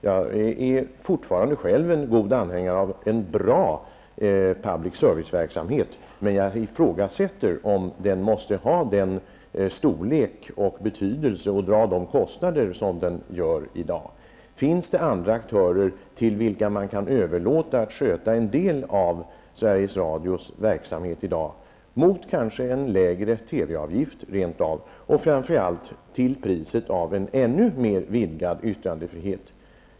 Jag är fortfarande själv en anhängare av en bra public service-verksamhet, men jag ifrågasätter om den måste ha den storlek och betydelse och dra de kostnader som den gör i dag. Finns det andra aktörer till vilka man kan överlåta att sköta en del av Sveriges Radios verksamhet i dag, mot kanske lägre TV-avgift rent av och framför allt till priset av en ännu mer vidgad yttrandefrihet?